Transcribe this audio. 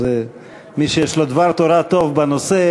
אז מי שיש לו דבר תורה טוב בנושא,